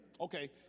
Okay